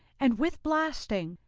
and with blasting,